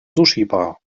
sushibar